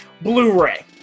Blu-ray